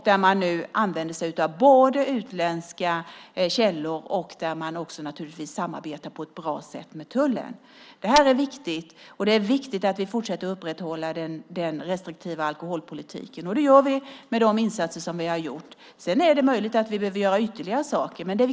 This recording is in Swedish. Där använder man sig av utländska källor, och naturligtvis samarbetar man på ett bra sätt med tullen. Det här är viktigt, och det är viktigt att vi fortsätter att upprätthålla den restriktiva alkoholpolitiken. Det gör vi genom de insatser vi gjort. Sedan är det möjligt att vi behöver göra ytterligare saker.